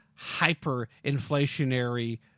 hyperinflationary